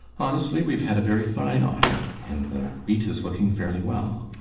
honestly, we have had a very fine autumn, and the wheat is looking fairly well.